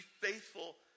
faithful